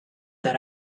that